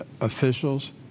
officials